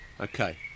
Okay